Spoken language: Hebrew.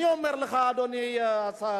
אני אומר לך, אדוני השר,